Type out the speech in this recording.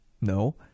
No